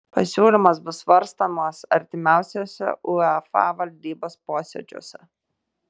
pasiūlymas bus svarstomas artimiausiuose uefa valdybos posėdžiuose